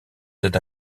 cet